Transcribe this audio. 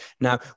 Now